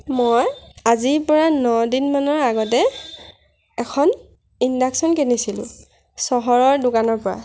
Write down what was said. মই আজিৰ পৰা ন দিনমানৰ আগতে এখন ইণ্ডাকচন কিনিছিলো চহৰৰ দোকানৰ পৰা